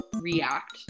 react